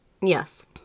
Yes